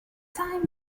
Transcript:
time